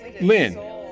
Lynn